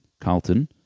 Carlton